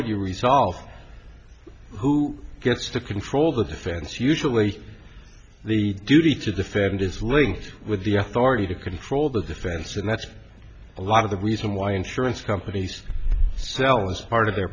would you resolve who gets to control the defense usually the duty to defend is linked with the authority to control the defense and that's a lot of the reason why insurance companies sell as part of their